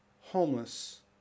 homeless